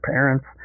Parents